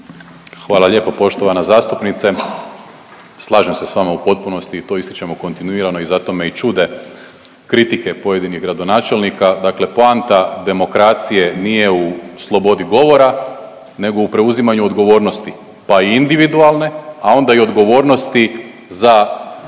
Hvala lijepo poštovana zastupnice. Slažem se s vama u potpunosti i to ističemo kontinuirano i zato me i čude kritike pojedinih gradonačelnika. Dakle, poanta demokracije nije u slobodi govora nego u preuzimanju odgovornosti pa i individualne, a onda i odgovornosti za